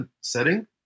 setting